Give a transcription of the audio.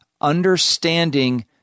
understanding